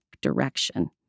direction